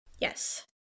Yes